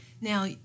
Now